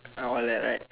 uh all that right